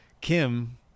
Kim